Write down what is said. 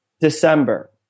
December